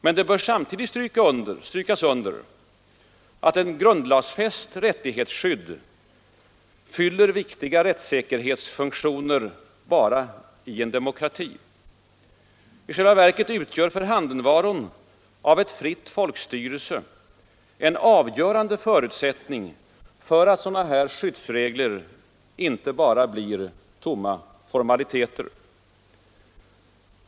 Men det bör samtidigt strykas under att ett grundlagsfäst rättighetsskydd fyller viktiga rättssäkerhetsfunktioner bara i en demokrati. I själva verket utgör förhandenvaron av ett fritt folkstyre en avgörande förutsättning för att sådana här skyddsregler inte bara blir tomma formaliteter.